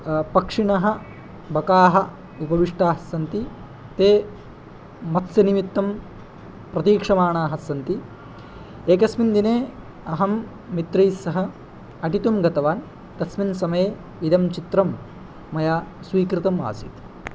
पक्षिणः बकाः उपविष्टाः सन्ति ते मत्स्यनिमित्तं प्रतीक्षमाणाः सन्ति एकस्मिन् दिने अहं मित्रैस्सह अटितुं गतवान् तस्मिन् समये इदं चित्रं मया स्वीकृतम् आसीत्